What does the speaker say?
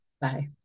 Bye